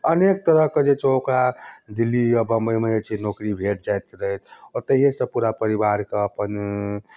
अनेक तरह के जे छै ओकरा दिल्ली या बम्बई मे जे छै नौकरी भेट जायत रहै ओतहिये सऽ पूरा परिवारके अपन